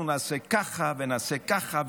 אנחנו נעשה ככה ונעשה ככה,